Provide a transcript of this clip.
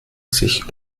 sich